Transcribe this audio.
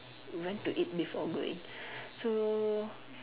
went to eat before going so